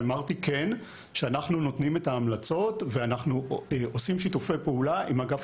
אמרתי כן שאנחנו נותנים את ההמלצות ואנחנו עושים שיתופי פעולה עם אגף